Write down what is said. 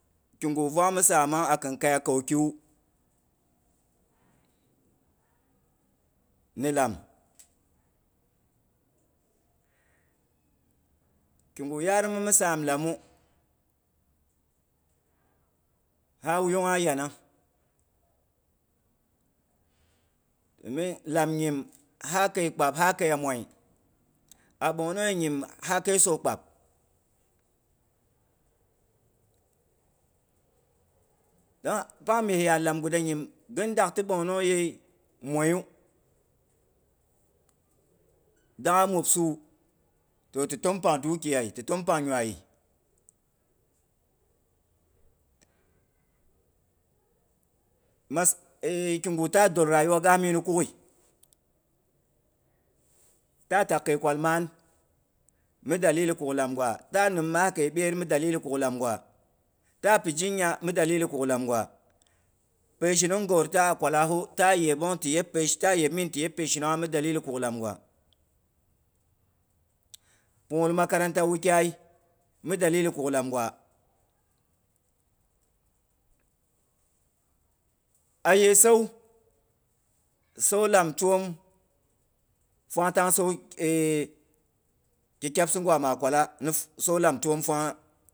Kigu vang ni samanga kin kaya kauki wu ni lam. Ki gi yarima mi sam lamu, ha wuyungha yanang mi lam, nyim ha kəiyong kpab, ha kəiya moi. A ɓong nongyei nyim ha kəiya sah kpab, ha kəi sau kpab, dong pang mi yar lam ghda nyim; don tak ta ɓongnongyei mas kigu ta dol rayuwa ga minu, kukghi. Ta tak kəi kwa maan, mi dalili kuk lamgwa ta nim maa kəi ɓyet mi dalili kuk lam gwa, ta pi zhinya mi dalili kuk lam gwa. Peishinung gor ta a kwala hu ta yok yepmin ti yep peishinung ha mi daili kuk lam gwa. Pungwal makaranta wukyai, mi daili kuk lam gwa. A ye sau, sau lam twon fa tang sau eh ki kyabsi gwa ma kwala, sau lam fangha